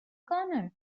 corner